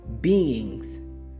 beings